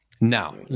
Now